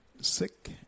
sick